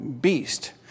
beast